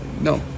No